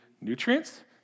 nutrients